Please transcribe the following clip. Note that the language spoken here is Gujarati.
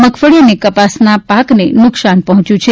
મગફળી અને કપાસના પાકને નુકસાન પહોંચ્યું છે